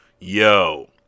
Yo